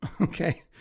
Okay